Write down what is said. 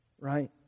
Right